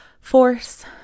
force